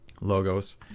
Logos